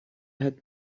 had